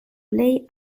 plej